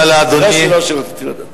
זו השאלה שרציתי לדעת.